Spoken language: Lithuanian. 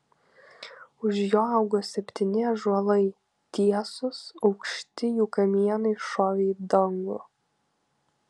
už jo augo septyni ąžuolai tiesūs aukšti jų kamienai šovė į dangų